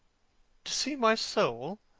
to see my soul!